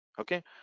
okay